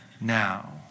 now